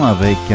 avec